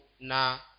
Now